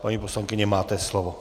Paní poslankyně, máte slovo.